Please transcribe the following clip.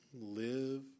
live